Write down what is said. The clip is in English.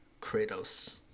Kratos